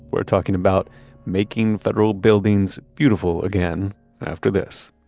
we're talking about making federal buildings beautiful again after this